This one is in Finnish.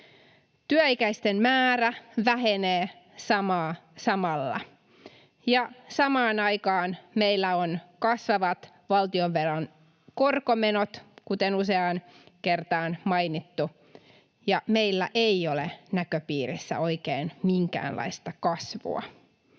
Työikäisten määrä vähenee samalla, ja samaan aikaan meillä on kasvavat valtionvelan korkomenot, kuten useaan kertaan mainittu, ja meillä ei ole näköpiirissä oikein minkäänlaista kasvua.